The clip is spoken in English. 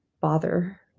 bother